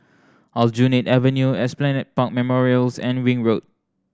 Aljunied Avenue Esplanade Park Memorials and Ring Road